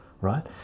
right